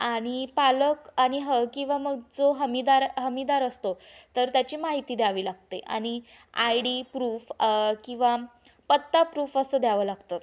आणि पालक आणि हळ किंवा मग जो हमीदार हमीदार असतो तर त्याची माहिती द्यावी लागते आणि आय डी प्रूफ किंवा पत्ता प्रूफ असं द्यावं लागतं